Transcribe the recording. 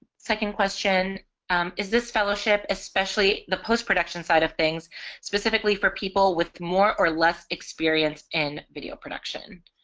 second question is this fellowship especially the post-production side of things specifically for people with more or less experience in video production